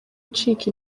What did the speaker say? icika